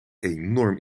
enorm